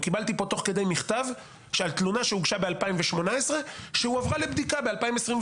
קיבלתי פה תוך כדי מכתב על תלונה שהוגשה ב-2018 שהועברה לבדיקה ב-2022.